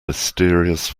mysterious